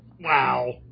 Wow